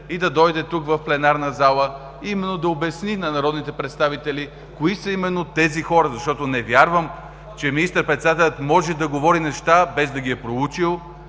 и да дойде тук в пленарната зала и да обясни на народните представители кои са тези хора. Защото не вярвам, че министър-председателят може да говори неща, без да ги е проучил,